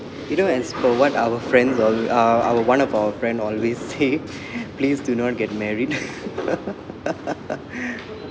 you know as per what our friends al~ uh our one of our friend always say please do not get married